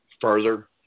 further